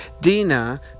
dina